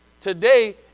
today